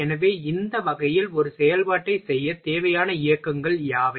எனவே இந்த வகையில் ஒரு செயல்பாட்டைச் செய்யத் தேவையான இயக்கங்கள் யாவை